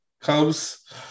Cubs